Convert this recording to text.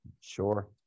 Sure